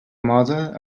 moda